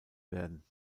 werden